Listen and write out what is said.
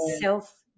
self